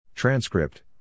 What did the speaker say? Transcript